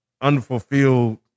unfulfilled